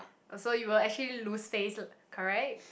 also you will actually lose face correct